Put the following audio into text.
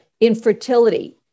infertility